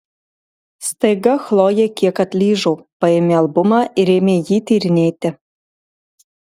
staiga chlojė kiek atlyžo paėmė albumą ir ėmė jį tyrinėti